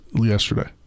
yesterday